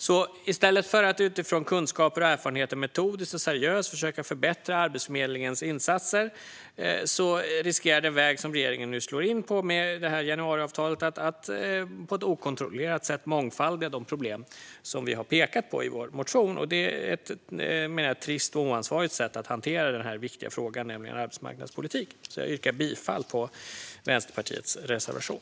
I stället för att utifrån kunskaper, erfarenheter och metoder seriöst försöka förbättra Arbetsförmedlingens insatser riskerar den väg som regeringen nu slår in på med januariavtalet att på ett okontrollerat sätt mångfaldiga de problem som vi har pekat på i vår motion. Det menar jag är ett trist och oansvarigt sätt att hantera den viktiga fråga som är arbetsmarknadspolitik. Jag yrkar bifall till Vänsterpartiets reservation.